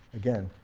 again,